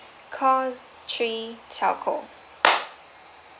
calls three telco